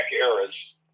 eras